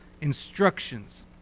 instructions